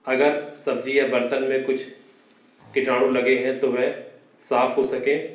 अगर सब्ज़ी या बर्तन में कुछ कीटाणु लगे हैं तो वह साफ हो सकें